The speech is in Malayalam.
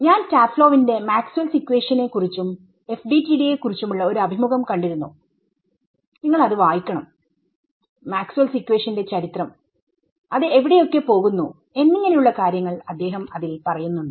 ഞാൻ ടാഫ്ലോവിന്റെ മാക്സ്വെൽസ് ഇക്വേഷനെ Maxwells equation കുറിച്ചും FDTD യെ കുറിച്ചുമുള്ള ഒരു അഭിമുഖം കണ്ടിരുന്നു നിങ്ങൾ അത് വായിക്കണം മാക്സ്വെൽസ് ഇക്വേഷന്റെMaxwells equation ചരിത്രം അത് എവിടെ ഒക്കെ പോകുന്നു എന്നിങ്ങനെ ഉള്ള കാര്യങ്ങൾ അദ്ദേഹം അതിൽ പറയുന്നുണ്ട്